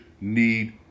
need